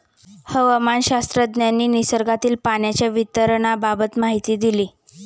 हवामानशास्त्रज्ञांनी निसर्गातील पाण्याच्या वितरणाबाबत माहिती दिली